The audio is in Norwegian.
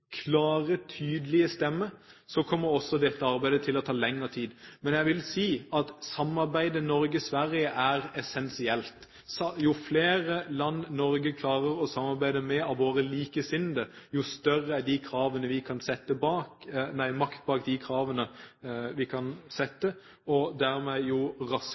klare, tydelige stemme kommer også dette arbeidet til å ta lengre tid. Men jeg vil si at samarbeidet mellom Norge og Sverige er essensielt. Jo flere likesinnede land Norge klarer å samarbeide med, jo større makt vi kan sette bak kravene, og jo raskere vil den type endringsprosesser finne sted. De